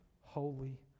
holy